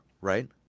right